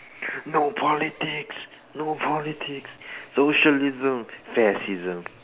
no politics no politics socialism fascism